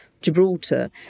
Gibraltar